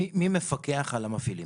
מי מפקח על המפעילים?